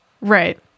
Right